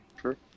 sure